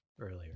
earlier